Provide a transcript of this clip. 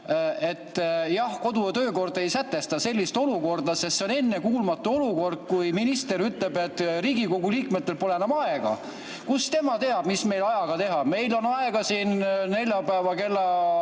Aga jah, kodu- ja töökord ei sätesta sellist olukorda, sest see on ennekuulmatu olukord, kui minister ütleb, et Riigikogu liikmetel pole enam aega. Kust tema teab, mis meil ajaga teha? Meil on aega siin neljapäeval kella